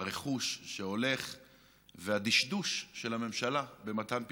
הרכוש שהולך והדשדוש של הממשלה במתן פתרון.